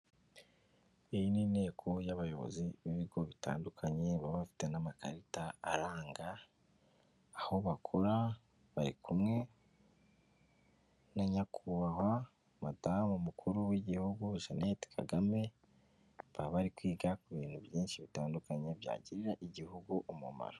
Iyi ni inteko y'abayobozi b'ibigo bitandukanye baba bafite n'amakarita aranga aho bakora, bari kumwe na nyakubahwa madamu umukuru w'igihugu Jeannette Kagame, baba bari kwiga ku bintu byinshi bitandukanye byagirira igihugu umumaro.